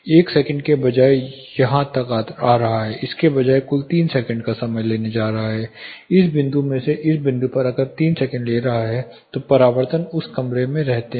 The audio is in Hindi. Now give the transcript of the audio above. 1 सेकंड के बजाय यह यहां तक आ रहा है इसके बजाय कुल 3 सेकंड का समय लेने जा रहा है इस बिंदु से इस बिंदु पर अगर यह 3 सेकंड ले रहा है तो परावर्तन उस कमरे में रहते हैं